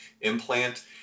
implant